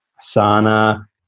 Sana